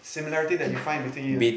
similarity that you find between you and